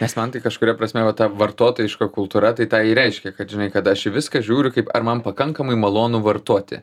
nes man tai kažkuria prasme va ta vartotojiška kultūra tai tą reiškia kad žinai kad aš į viską žiūriu kaip ar man pakankamai malonu vartoti